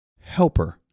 helper